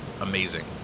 amazing